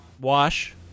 Wash